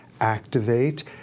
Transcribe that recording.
activate